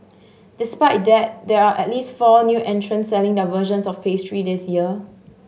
despite that there are at least four new entrants selling their versions of the pastries this year